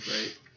right